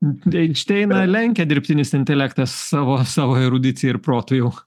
enšteiną lenkia dirbtinis intelektas savo savo erudicija ir protu jau